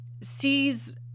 sees